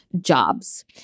jobs